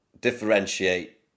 differentiate